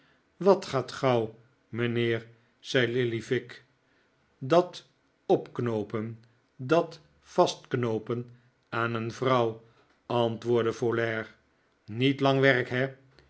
wat gaat gauw mijnheer zei lillyvick dat opknoopen dat vastknoopen aan een vrouw antwoordde folair niet lang werk he